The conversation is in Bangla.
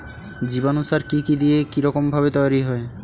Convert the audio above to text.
জীবাণু সার কি কি দিয়ে কি রকম ভাবে তৈরি হয়?